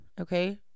Okay